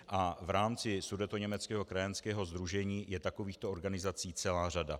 A v rámci Sudetoněmeckého krajanského sdružení je takovýchto organizací celá řada.